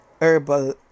herbal